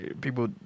people